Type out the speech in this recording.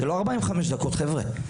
זה לא 45 דקות, חבר'ה.